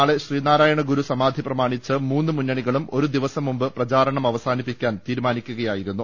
നാളെ ശ്രീനാരായണഗുരു സമാധി പ്രമാണിച്ച് മൂന്ന് മുന്നണികളും ഒരു ദിവസം മുമ്പെ പരസ്യപ്രചാരണം അവസാനിപ്പിക്കാൻ തീരുമാനിക്കുകയാ യിരുന്നു